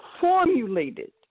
formulated